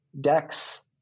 decks